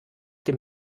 dem